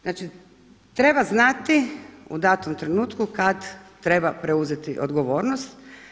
Znači treba znati u datom trenutku kada treba preuzeti odgovornost.